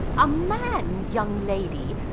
a man, young lady!